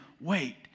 wait